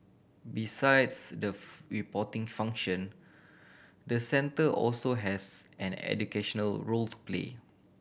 besides the reporting function the centre also has an educational role to play